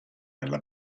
ella